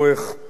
הדחוף